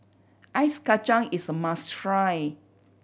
Ice Kachang is a must try